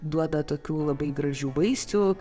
duoda tokių labai gražių vaisių